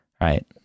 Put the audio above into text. Right